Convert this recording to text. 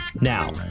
Now